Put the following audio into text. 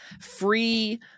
free